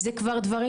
זה כבר דברים